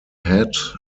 hat